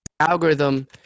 algorithm